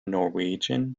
norwegian